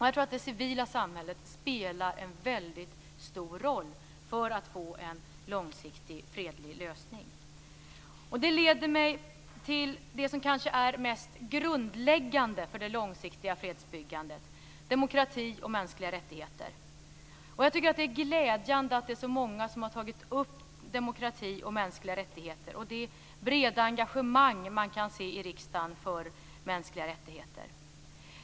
Jag tror att det civila samhället spelar en väldigt stor roll för att vi skall få en långsiktig, fredlig lösning. Det leder mig till det som är kanske mest grundläggande för det långsiktiga fredsbyggandet: demokrati och mänskliga rättigheter. Jag tycker att det är glädjande att det är så många som har tagit upp demokrati och mänskliga rättigheter och det breda engagemang man kan se i riksdagen för mänskliga rättigheter.